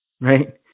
Right